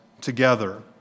together